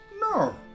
No